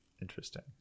interesting